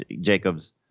Jacobs